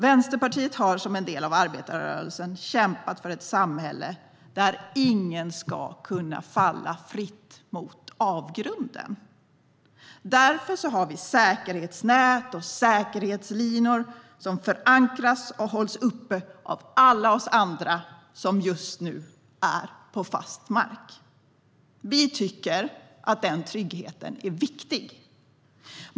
Vänsterpartiet har som en del av arbetarrörelsen kämpat för ett samhälle där ingen ska kunna falla fritt mot avgrunden. Därför har vi säkerhetsnät och säkerhetslinor som förankras och hålls uppe av alla oss andra som just nu är på fast mark. Vi tycker att den tryggheten är viktig.